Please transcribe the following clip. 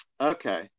Okay